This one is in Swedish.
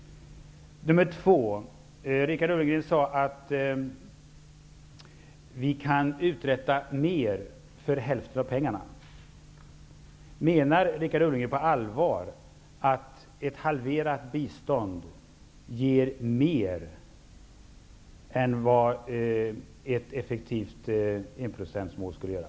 Richard Ulfvengren sade att vi kan uträtta mer för hälften av pengarna. Menar Richard Ulfvengren på allvar att ett halverat bistånd ger mer än vad ett effektivt enprocentsmål skulle göra?